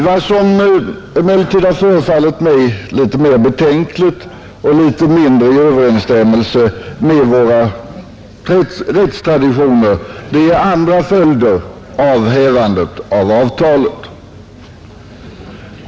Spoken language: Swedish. Vad som emellertid har förefallit mer betänkligt och mindre i överenstämmelse med våra rättstraditioner är andra följder av hävandet av avtalet.